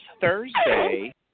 Thursday